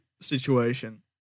situation